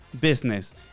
business